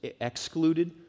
excluded